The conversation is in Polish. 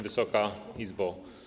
Wysoka Izbo!